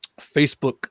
facebook